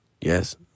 Yes